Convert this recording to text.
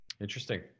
Interesting